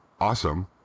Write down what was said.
awesome